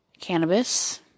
cannabis